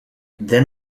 then